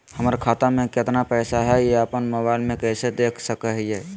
हमर खाता में केतना पैसा हई, ई अपन मोबाईल में कैसे देख सके हियई?